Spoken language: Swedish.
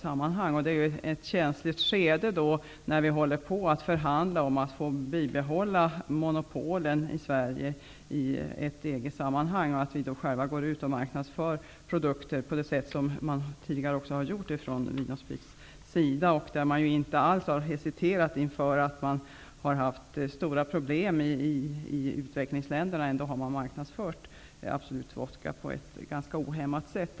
Vi är inne i ett känsligt skede i förhandlingarna om att få behålla monopolen i Sverige i ett EG-sammanhang. Vi går då själva ut och marknadsför produkter på det sätt som man också tidigare har gjort från Vin & f411 > Man har inte hesiterat att anföra att det finns stora problem i utvecklingsländerna. Ändå har man marknadsfört Absolut Vodka på ett ganska ohämmat sätt.